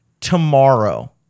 tomorrow